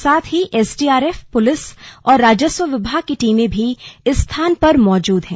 साथ ही SDRF police और राजस्व विभाग की टीमें भी इस स्थान पर मौजूद हैं